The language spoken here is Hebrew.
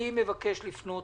אני מבקש לפנות